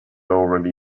already